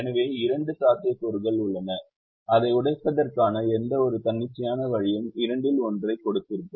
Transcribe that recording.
எனவே இரண்டு சாத்தியக்கூறுகள் உள்ளன அதை உடைப்பதற்கான எந்தவொரு தன்னிச்சையான வழியும் 2 ல் ஒன்றைக் கொடுத்திருக்கும்